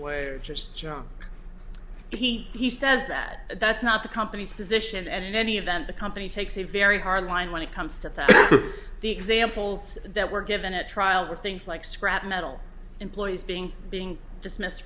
are just junk he says that that's not the company's position and in any event the company takes a very hard line when it comes to the examples that were given a trial with things like scrap metal employees beings being dismissed